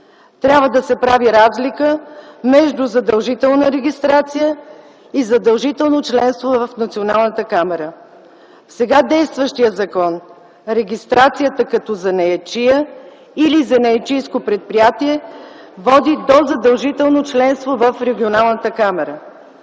Трябва да се прави разлика между „задължителна регистрация” и „задължително членство в Националната камара”. По сега действащия закон регистрацията като занаятчия или занаятчийско предприятие води до задължително членство в